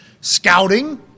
scouting